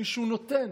מישהו נותן.